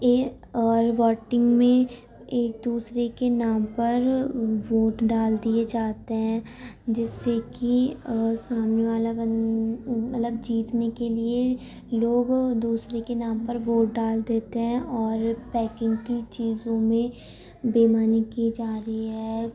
اے اور ووٹنگ میں ایک دوسرے کے نام پر ووٹ ڈال دیے جاتے ہیں جس سے کہ سامنے والا مطلب جیتنے کے لیے لوگ دوسرے کے نام پر ووٹ ڈال دیتے ہیں اور پیکنگ کی چیزوں میں بےایمانی کی جا رہی ہے